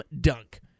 dunk